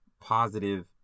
positive